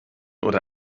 oder